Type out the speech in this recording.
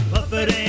Buffet